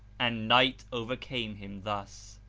and night overcame him thus.